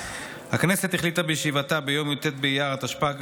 בישיבתה ביום י"ט באייר התשפ"ג,